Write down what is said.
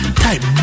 type